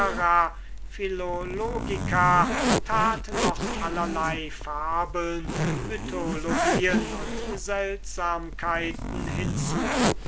philologica tat noch allerlei fabeln mythologien und seltsamkeiten hinzu